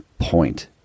point